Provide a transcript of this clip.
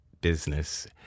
business